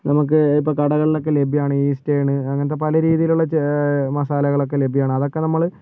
നമുക്ക് ഇപ്പോൾ കടകളിലൊക്കെ ലഭ്യമാണ് ഈസ്റ്റേൺ അങ്ങനത്തെ പല രീതിയിലുള്ള ച് മസാലകളൊക്കെ ലഭ്യമാണ് അതൊക്കെ നമ്മൾ